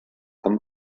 han